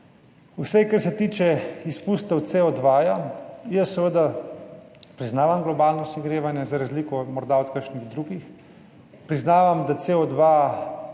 vsaj kar se tiče izpustov CO2. Jaz seveda priznavam globalno segrevanje, za razliko od morda kakšnih drugih, priznavam, da CO2